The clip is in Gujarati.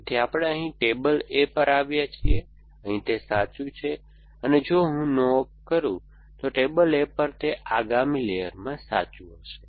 તેથી આપણે અહીં ટેબલ A પર આવ્યા છીએ તે અહીં સાચું છે અને જો હું નો ઓપ કરું તો ટેબલ A પર તે આગામી લેયરમાં સાચું હશે